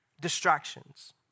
distractions